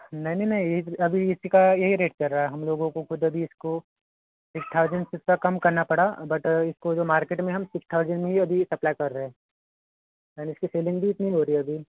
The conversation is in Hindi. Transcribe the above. नहीं नहीं नहीं ये अभी इसीका यही रेट चल रहा है हम लोगों को खुद अभी इसको सिक्स थाउज़ेंड से इसका कम करना पड़ा बट इसको जो मार्केट में हम सिक्स थाउज़ेंड में ही अभी सप्प्लाई कर रहे हैं और इसकी सेल्लिंग भी इतनी हो रही है अभी